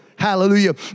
Hallelujah